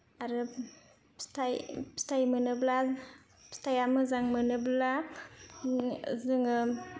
आरो फिथाय फिथाय मोनोब्ला फिथाया मोजां मोनोब्ला जोङो